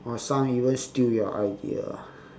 or some even steal your idea ah